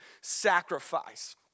sacrifice